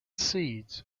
seeds